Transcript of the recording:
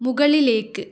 മുകളിലേക്ക്